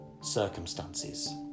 circumstances